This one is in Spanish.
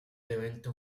evento